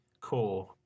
core